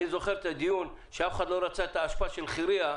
אני זוכר את הדיון שאף אחד לא רצה את האשפה של חירייה.